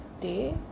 Day